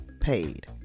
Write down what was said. paid